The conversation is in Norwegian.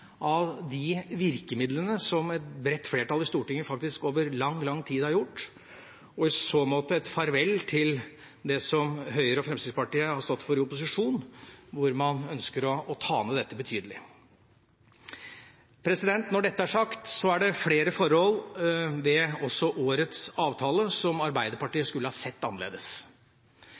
av de virkemidlene som et bredt flertall i Stortinget faktisk over lang, lang tid har gjort, og i så måte er et farvel til det som Høyre og Fremskrittspartiet har stått for i opposisjon, hvor man ønsket å ta dette betydelig ned. Når dette er sagt, er det også flere forhold ved årets avtale som Arbeiderpartiet